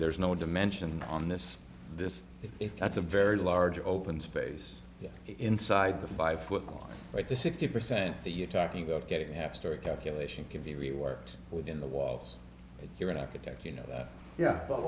there's no dimension on this this if that's a very large open space inside the five foot long right the sixty percent the you're talking about getting after a calculation can be reworked within the walls if you're an architect you know yeah but